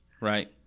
Right